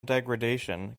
degradation